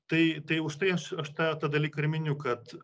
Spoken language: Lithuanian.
tai tai užtai aš aš tą tą dalyką ir miniu kad